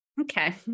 okay